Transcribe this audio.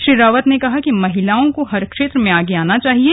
श्री रावत ने कहा कि महिलाओं को हर क्षेत्र में आगे आना चाहिए